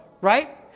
right